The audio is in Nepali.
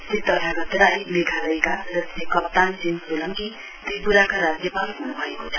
श्री तथागत राय मेघालयका र श्री कप्तान सिहं सोलङ्की त्रिप्राका राज्यपाल ह्न्भएको छ